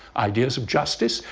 ideas of justice,